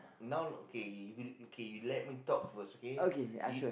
now okay you okay okay you let me talk first okay